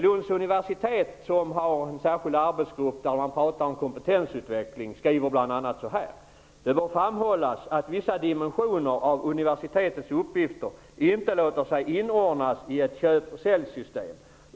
Lunds universitet, som har en särskild arbetsgrupp där man pratar om kompetensutveckling, skriver bl.a. ''Det bör framhållas -- att vissa dimensioner av universitetets uppgifter inte låter sig inordnas i ett köp och säljsystem.